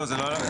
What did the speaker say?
לא, זה לא עלה.